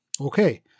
Okay